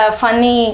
funny